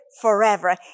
forever